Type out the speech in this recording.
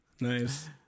Nice